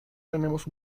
tenemos